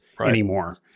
anymore